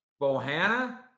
Bohanna